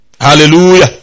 Hallelujah